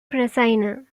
prisoner